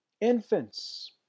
infants